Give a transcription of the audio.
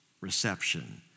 reception